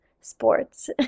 sports